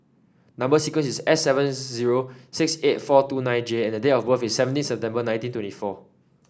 number sequence is S seven zero six eight four two nine J and date of birth is seventeen September nineteen twenty four